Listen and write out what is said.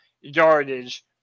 yardage